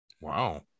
Wow